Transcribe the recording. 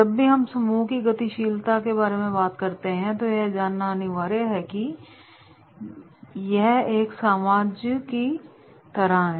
जब भी हम समूह की गतिशीलता के बारे में बात करते हैं तो यह जानना अनिवार्य है कि यह एक साम्राज्य की तरह है